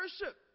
worship